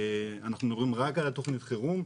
אנחנו מדברים רק על תכנית החירום,